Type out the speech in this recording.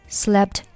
slept